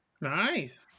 Nice